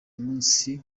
munsi